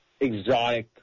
exotic